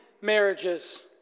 marriages